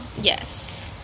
Yes